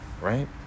right